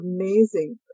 amazing